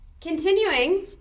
continuing